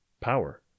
power